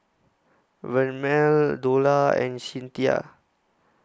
Vernelle Dola and Cinthia